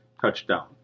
touchdown